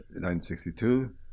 1962